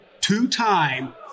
two-time